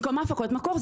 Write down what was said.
במקום הפקות המקור,